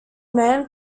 man